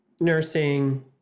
nursing